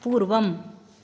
पूर्वम्